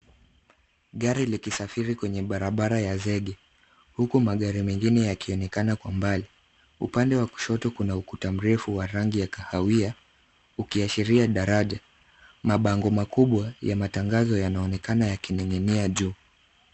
Gari likisafiri kwenye barabara ya zege huku magari mengine yakionekana kwa mbali. Upande wa kushoto kuna ukuta mrefu wa rangi ya kahawia ukiashiria daraja. Mabango makubwa ya matangazo yanaonekana yakining'inia juu.